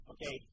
Okay